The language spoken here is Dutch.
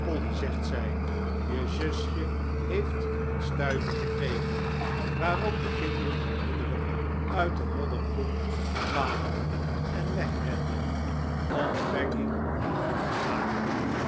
polly zegt zij je zusje heeft een stuiver gekregen waarop de kinderen onmiddellijk uit den modderpoel kwamen en wegrenden om peggy het hof te maken